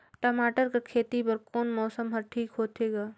टमाटर कर खेती बर कोन मौसम हर ठीक होथे ग?